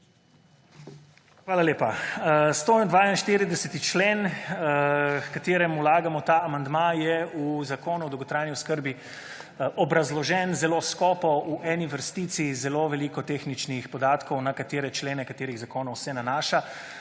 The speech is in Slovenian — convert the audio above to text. Hvala lepa. 142. člen h kateremu vlagamo ta amandma, je v Zakonu o dolgotrajni oskrbi obrazložen zelo skopo, v eni vrstici zelo veliko tehničnih podatkov na katere člene katerih zakonov se nanaša,